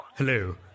Hello